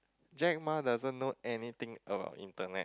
Jack Ma doesn't know anything about internet